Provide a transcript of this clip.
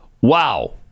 wow